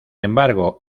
embargo